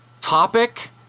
topic